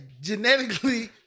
genetically